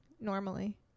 normally